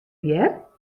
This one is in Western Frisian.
hear